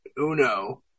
Uno